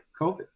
COVID